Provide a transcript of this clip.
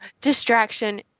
Distraction